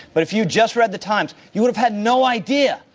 but if you just read the times, you would have had no idea,